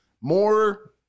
More